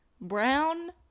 brown